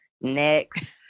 next